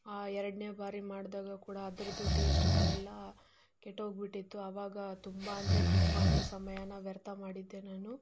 ಆ ಎರಡನೇ ಬಾರಿ ಮಾಡಿದಾಗ ಕೂಡ ಅದರದು ಟೇಸ್ಟ್ ಕೂಡ ಎಲ್ಲ ಕೆಟ್ಟೋಗಿ ಬಿಟ್ಟಿತ್ತು ಅವಾಗ ತುಂಬ ಅಂದರೆ ತುಂಬಾ ಸಮಯನ ವ್ಯರ್ಥ ಮಾಡಿದ್ದೆ ನಾನು